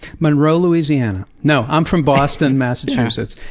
monroe, louisiana. no, i'm from boston, massachusetts,